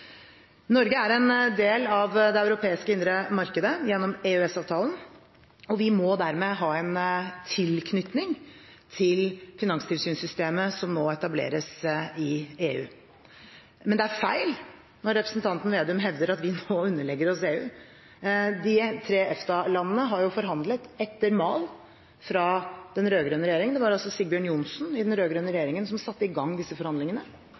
Norge er en del av det europeiske indre markedet gjennom EØS-avtalen, og vi må dermed ha en tilknytning til finanstilsynssystemet som nå etableres i EU. Men det er feil når representanten Slagsvold Vedum hevder at vi nå underlegger oss EU. De tre EFTA-landene har jo forhandlet etter mal fra den rød-grønne regjeringen. Det var Sigbjørn Johnsen i den rød-grønne regjeringen som satte i gang disse forhandlingene